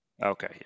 Okay